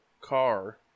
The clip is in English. car